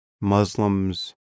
Muslims